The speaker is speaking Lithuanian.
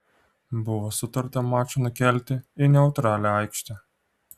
buvo sutarta mačą nukelti į neutralią aikštę